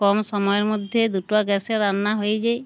কম সময়ের মধ্যে দুটো গ্যাসে রান্না হয়ে যায়